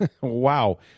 Wow